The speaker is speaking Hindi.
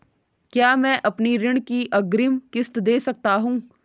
क्या मैं अपनी ऋण की अग्रिम किश्त दें सकता हूँ?